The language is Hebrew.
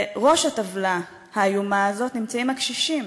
בראש הטבלה האיומה הזאת נמצאים הקשישים,